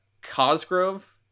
Cosgrove